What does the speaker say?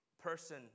person